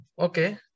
okay